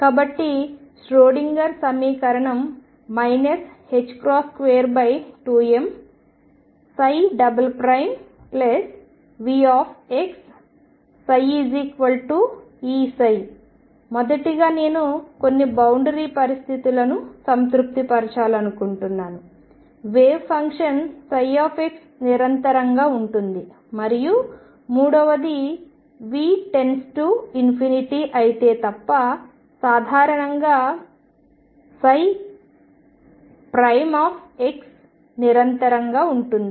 కాబట్టి ష్రోడింగర్ సమీకరణం 22m VxψEψ మొదటిగా నేను కొన్ని బౌండరి బౌండరి పరిస్థితులను సంతృప్తి పరచాలనుకుంటున్నాను వేవ్ ఫంక్షన్ ψ నిరంతరంగా ఉంటుంది మరియు మూడవది v→ అయితే తప్ప సాధారణంగా నిరంతరంగా ఉంటుంది